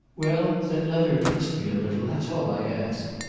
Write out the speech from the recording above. well then let her trust me a little. that's all i ask.